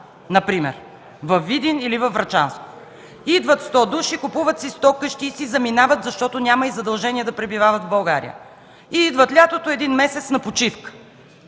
например, във Видин или във Врачанско? Идват сто души, купуват си сто къщи и си заминават, защото няма и задължение да пребивават в България, и идват през лятото – един месец на почивка.